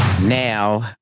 Now